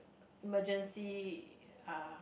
emergency uh